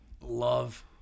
Love